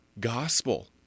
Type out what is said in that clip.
gospel